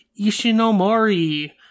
ishinomori